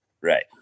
Right